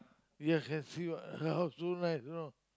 you can see what half moon tonight you know